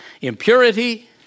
impurity